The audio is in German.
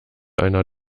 einer